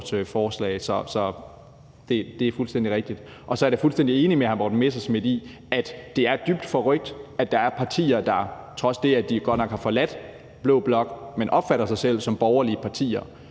Det er fuldstændig rigtigt. Og så er jeg da fuldstændig enig med hr. Morten Messerschmidt i, at det er dybt forrykt, at der er partier, der godt nok har forladt blå blok, men opfatter sig selv som borgerlige partier,